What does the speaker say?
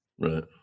Right